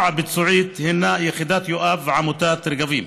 הביצועית היא יחידת יואב ועמותת רגבים.